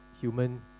human